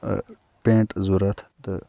pant ضوٚرتھ تہٕ